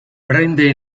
prende